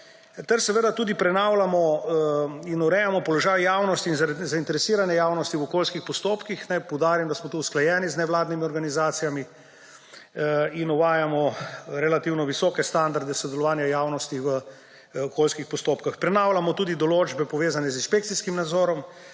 ter seveda tudi prenavljamo in urejamo položaj zainteresirane javnosti v okoljskih postopkih. Naj poudarim, da smo tu usklajeni z nevladnimi organizacijami in uvajamo relativno visoke standarde sodelovanja javnosti v okoljskih postopkih. Prenavljamo tudi določbe, povezane z inšpekcijskim nadzorom.